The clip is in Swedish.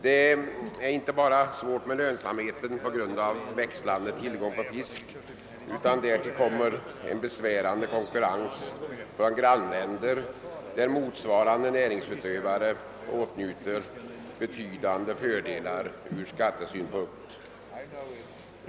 Det är inte bara svårt med lönsamheten på grund av växlande tillgång på fisk, utan därtill kommer en besvärande konkurrens från grannländer där motsvarande näringsutövare åtnjuter betydande fördelar från skattesynpunkt.